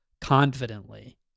confidently